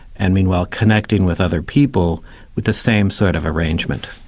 and meanwhile connecting with other people with the same sort of arrangement.